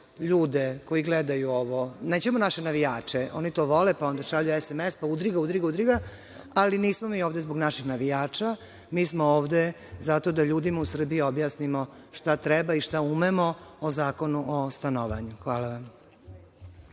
ljude koji gledaju ovo. Nećemo naše navijače, oni to vole, pa onda šalju SMS, pa udri ga, udri ga, udri ga, ali nismo mi ovde zbog naših navijača. Mi smo ovde zato da ljudima u Srbiji objasnimo šta treba i šta umemo o Zakonu o stanovanju. Hvala.